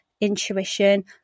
intuition